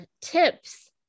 tips